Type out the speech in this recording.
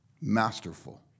masterful